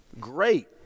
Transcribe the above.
Great